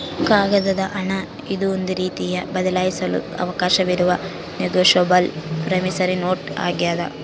ಕಾಗದದ ಹಣ ಇದು ಒಂದು ರೀತಿಯ ಬದಲಾಯಿಸಲು ಅವಕಾಶವಿರುವ ನೆಗೋಶಬಲ್ ಪ್ರಾಮಿಸರಿ ನೋಟ್ ಆಗ್ಯಾದ